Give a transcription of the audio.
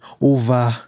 over